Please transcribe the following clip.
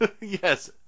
Yes